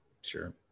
Sure